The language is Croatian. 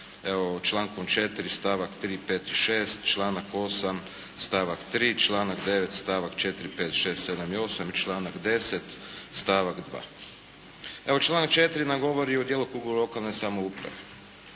evo člankom 4. stavak 3., 5. i 6., članak 8. stavak 3., članak 9. stavak 4., 5., 6., 7. i 8. i članak 10. stavak 2. Evo članak 4. nam govori o djelokrugu lokalne samouprave.